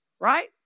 Right